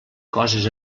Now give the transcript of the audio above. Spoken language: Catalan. coses